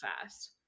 fast